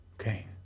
Okay